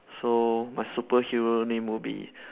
so my superhero name will be